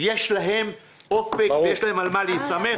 יש להם אופק ויש להם על מה להיסמך.